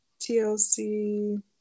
TLC